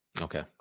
Okay